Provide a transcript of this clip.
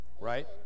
Right